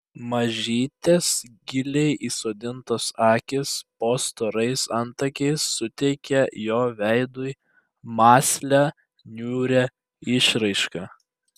mažytės giliai įsodintos akys po storais antakiais suteikė jo veidui mąslią niūrią išraišką